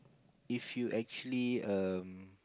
if you actually um